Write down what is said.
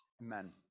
amen